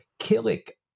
Killick